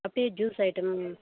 அப்டியே juice item